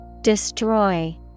Destroy